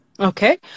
Okay